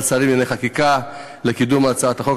שרים לענייני חקיקה לקידום הצעת החוק.